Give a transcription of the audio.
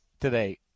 today